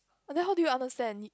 then how do you understand